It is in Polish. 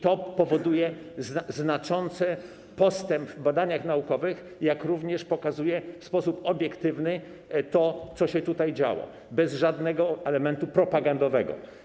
To powoduje znaczący postęp w badaniach naukowych, jak również w sposób obiektywny pokazuje to, co się tutaj działo, bez żadnego elementu propagandowego.